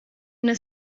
üna